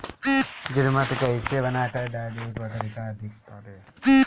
जीवमृत कईसे बनाकर डाली की तरकरी अधिक फरे?